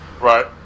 Right